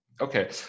Okay